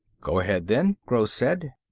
go ahead, then, gross said.